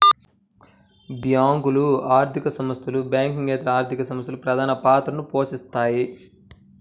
బ్యేంకులు, ఆర్థిక సంస్థలు, బ్యాంకింగేతర ఆర్థిక సంస్థలు ప్రధానపాత్ర పోషిత్తాయి